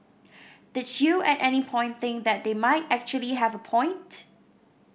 did you at any point think that they might actually have a point